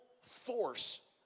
force